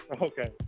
Okay